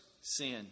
sin